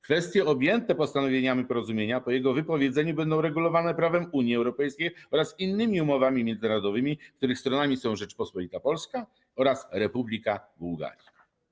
Kwestie objęte postanowieniami porozumienia po jego wypowiedzeniu będą regulowane prawem Unii Europejskiej oraz innymi umowami międzynarodowymi, których stronami są Rzeczpospolita Polska oraz Republika Bułgarii.